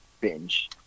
binge